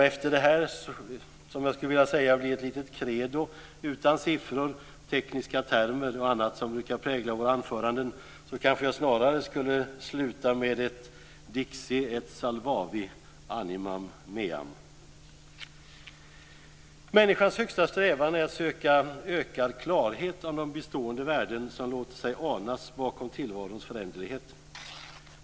Efter det här, som blev ett litet credo utan siffror, tekniska termer och annat som brukar prägla våra anföranden, kanske jag snarare skulle sluta med ett dixi et salvavi animam meam. Människans högsta strävan är att söka ökad klarhet om de bestående värden som låter sig anas bakom tillvarons föränderlighet.